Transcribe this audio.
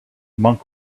monk